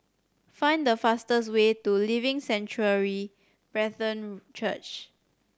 find the fastest way to Living Sanctuary Brethren Church